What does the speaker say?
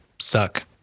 suck